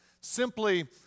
simply